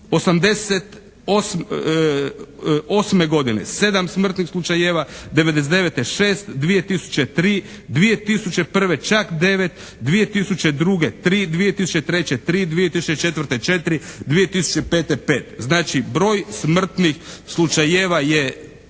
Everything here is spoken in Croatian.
88. godine – 7 smrtnih slučajeva, 99. – 6, 2000. – 3, 2001. – čak 9, 2002. – 3, 2003. – 3, 2004. – 4, 2005. – 5. Znači broj smrtnih slučajeva je